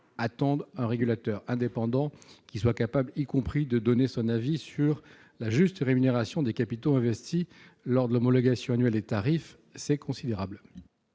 attendent un régulateur indépendant qui soit capable de donner son avis sur la juste rémunération des capitaux investis, lors de l'homologation annuelle des tarifs. C'est un pas en